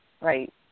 right